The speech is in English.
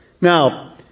Now